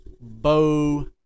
Bo